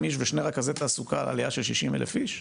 איש ושני רכזי תעסוקה על עלייה של 60,000 איש.